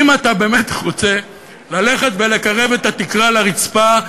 אם אתה באמת רוצה ללכת ולקרב את התקרה על הרצפה,